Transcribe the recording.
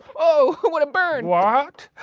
oh, what a burn! what?